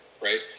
right